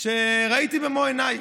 שראיתי במו עיניי.